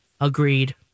agreed